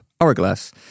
Hourglass